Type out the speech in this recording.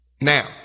Now